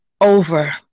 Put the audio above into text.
over